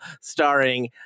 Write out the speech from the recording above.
starring